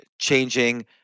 changing